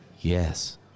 Yes